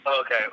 Okay